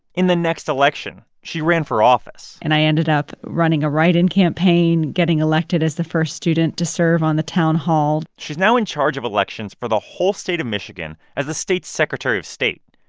in the next election, she ran for office and i ended up running a write-in campaign, getting elected as the first student to serve on the town hall she's now in charge of elections for the whole state of michigan as the state's secretary of state.